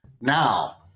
Now